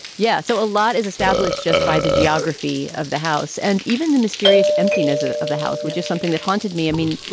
yeah. so a lot is established just by the geography of the house and even the mysterious emptiness ah of a house, which is something that haunted me. i mean,